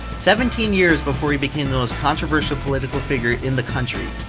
seventeen years before he became the most controversial political figure in the country.